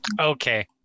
Okay